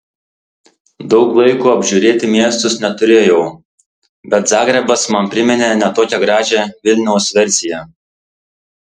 daug laiko apžiūrėti miestus neturėjau bet zagrebas man priminė ne tokią gražią vilniaus versiją